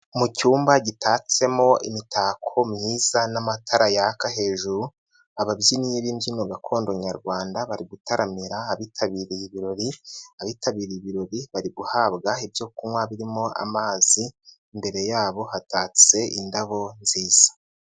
Mu cyumba gitatsemo imitako myiza n'amatara yaka hejuru, ababyinnyi b'imbyino gakondo nyarwanda, bari gutaramira abitabiriye ibirori, abitabiriye ibirori bari guhabwa ibyo kunywa birimo amazi, imbere yabo hatatse indabo nziza.